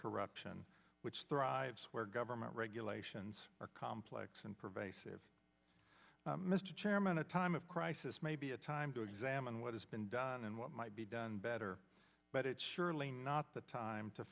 corruption which thrives where government regulations are complex and pervasive mr chairman a time of crisis may be a time to examine what has been done and what might be done better but it surely not the time to